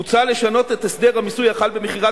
מוצע לשנות את הסדר המיסוי החל במכירת